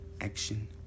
action